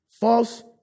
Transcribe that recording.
False